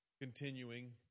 Continuing